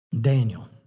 Daniel